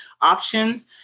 options